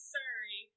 Sorry